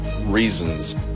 reasons